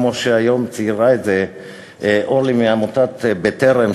כמו שהיום ציירה את זה אורלי מעמותת "בטרם",